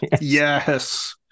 yes